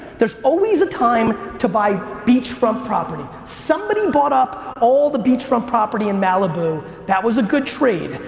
there's always a time to buy beachfront property. somebody bought up all the beachfront property in malibu. that was a good trade.